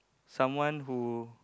someone who